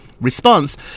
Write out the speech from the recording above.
response